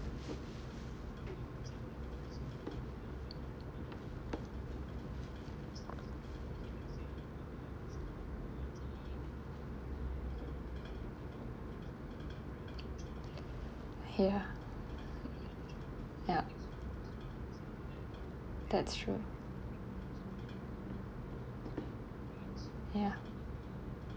ya yup that's true ya